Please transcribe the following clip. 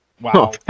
Wow